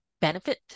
benefit